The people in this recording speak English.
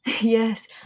Yes